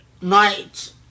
night